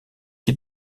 qui